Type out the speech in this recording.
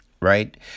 right